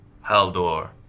Haldor